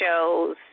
shows